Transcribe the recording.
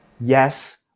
Yes